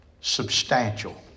substantial